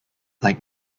like